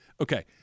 Okay